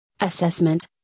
assessment